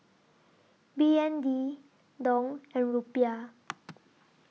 B N D Dong and Rupiah